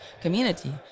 community